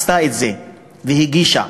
היא הגישה,